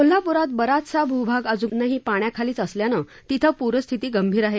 कोल्हापूरात बराचसा भूभाग अजूनही पाण्याखालीच असल्यानं तिथे पूरस्थिती गंभीर आहे